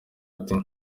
ati